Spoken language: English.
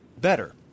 better